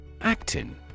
Actin